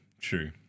true